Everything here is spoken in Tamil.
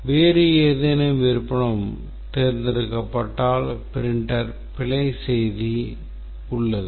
வேறு ஏதேனும் விருப்பம் தேர்ந்தெடுக்கப்பட்டால் printer பிழைசெய்தி உள்ளது